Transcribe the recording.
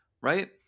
right